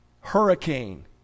hurricane